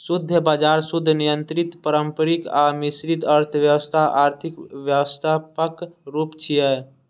शुद्ध बाजार, शुद्ध नियंत्रित, पारंपरिक आ मिश्रित अर्थव्यवस्था आर्थिक व्यवस्थाक रूप छियै